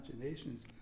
imaginations